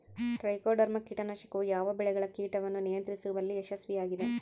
Trichoderma ಕೇಟನಾಶಕವು ಯಾವ ಬೆಳೆಗಳ ಕೇಟಗಳನ್ನು ನಿಯಂತ್ರಿಸುವಲ್ಲಿ ಯಶಸ್ವಿಯಾಗಿದೆ?